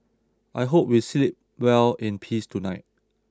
I hope we sleep well in peace tonight